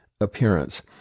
appearance